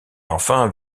enfin